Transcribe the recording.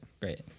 Great